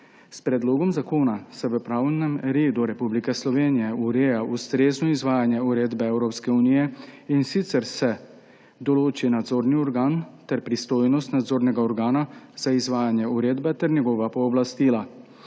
S predlogom zakona se v pravnem redu Republike Slovenije ureja ustrezno izvajanje uredbe Evropske unije, in sicer se določi nadzorni organ ter pristojnost nadzornega organa za izvajanje uredbe ter njegova pooblastila.